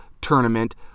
tournament